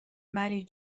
ولی